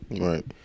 right